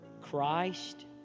Christ